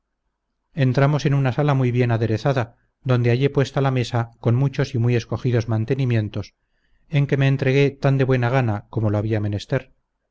entramos en una sala muy bien aderezada donde hallé puesta la mesa con muchos y muy escogidos mantenimientos en que me entregué tan de buena gana como lo había menester